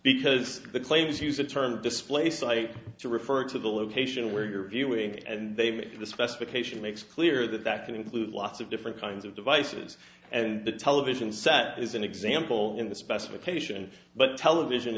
because the claims use the term display site to refer to the location where you're viewing it and they make the specification makes clear that that can include lots of different kinds of devices and the television set is an example in the specification but television